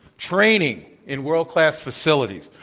training in world-class facilities,